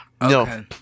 No